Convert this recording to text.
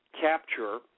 capture